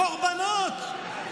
הקורבנות,